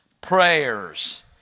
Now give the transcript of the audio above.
prayers